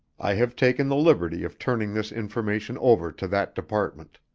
i have taken the liberty of turning this information over to that department.